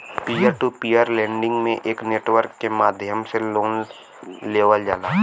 peer to peer lending में एक network के माध्यम से लोन लेवल जाला